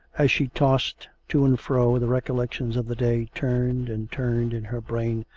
as she tossed to and fro the recollections of the day turned and turned in her brain,